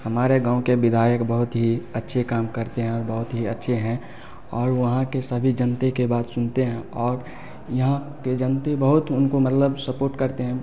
हमारे गाँव के विधायक बहुत ही अच्छे काम करते हैं और बहुत ही अच्छे हैं और वहाँ के सभी जनते के बात सुनते हैं और यहाँ के जानते बहुत उनका मतलब सपोर्ट करते हैं